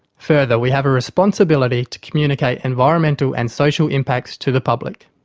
further, we have a responsibility to communicate environmental and social impacts to the public.